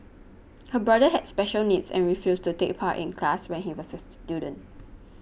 her brother had special needs and refused to take part in class when he was a student